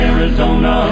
Arizona